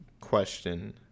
question